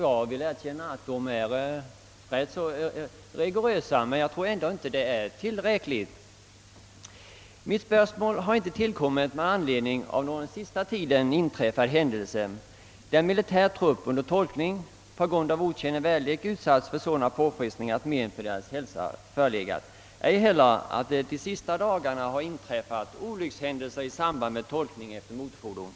Jag vill erkänna att de är rätt rigorösa, men jag tror ändå inte att de är tillräckliga. Min fråga har inte tillkommit med anledning av någon under senare tid inträffad händelse, varvid militär trupp på grund av otjänlig väderlek under tolkning utsatts för sådana Ppåfrestningar att men för de värnpliktigas hälsa uppstått, ej heller med anledning av att det under de senaste dagarna inträffat olyckshändelser i samband med tolkning efter motorfordon.